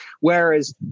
Whereas